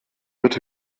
wird